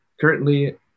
currently